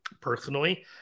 personally